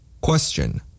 Question